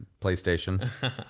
PlayStation